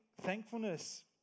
thankfulness